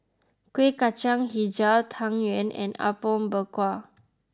Kuih Kacang HiJau Tang Yuen and Apom Berkuah